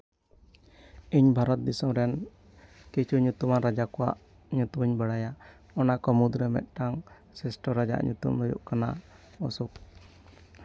ᱤᱧ ᱵᱷᱟᱨᱚᱛ ᱫᱤᱥᱚᱢ ᱨᱮᱱ ᱠᱤᱪᱷᱩ ᱧᱩᱛᱩᱢᱟᱱ ᱨᱟᱡᱟ ᱠᱚᱣᱟᱜ ᱧᱩᱛᱩᱢᱤᱧ ᱵᱟᱲᱟᱭᱟ ᱚᱱᱟ ᱠᱚ ᱢᱩᱫᱽᱨᱮ ᱢᱤᱫᱴᱟᱝ ᱥᱨᱮᱥᱴᱷᱚ ᱨᱟᱡᱟᱣᱟᱜ ᱧᱩᱛᱩᱢ ᱫᱚ ᱦᱩᱭᱩᱜ ᱠᱟᱱᱟ ᱚᱥᱳᱠ